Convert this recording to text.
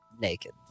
naked